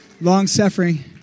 long-suffering